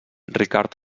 ricard